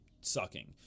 sucking